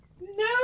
No